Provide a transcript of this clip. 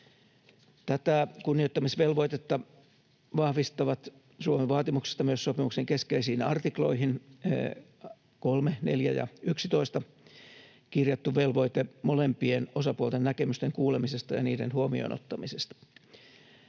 Tätä kunnioittamisvelvoitetta vahvistavat Suomen vaatimuksesta myös sopimuksen keskeisiin artikloihin 3, 4 ja 11 kirjattu velvoite molempien osapuolten näkemysten kuulemisesta ja niiden huomioon ottamisesta.